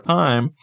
time